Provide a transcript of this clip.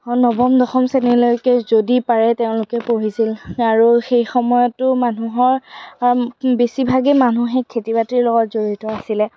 হয় নৱম দশম শ্ৰেণীলৈকে যদি পাৰে তেওঁলোকে পঢ়িছিল আৰু সেই সময়তো মানুহৰ কাম বেছিভাগে মানুহেই খেতি বাতিৰ লগত জড়িত আছিলে